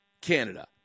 Canada